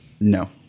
No